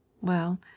Well